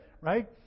Right